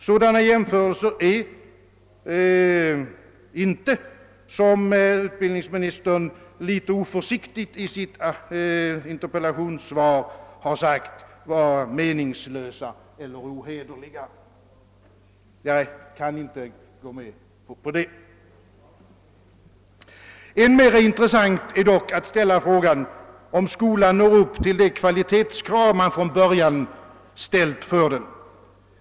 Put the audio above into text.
Sådana jämförelser är inte, såsom utbildnings ministern sagt litet oförsiktigt i sitt interpellationssvar, meningslösa eller ohederliga. Jag kan inte gå med på detta. Än mer intressant är dock att ställa frågan om skolan når upp till de kvalitetskrav man från början haft.